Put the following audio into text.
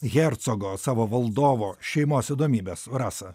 hercogo savo valdovo šeimos įdomybes rasa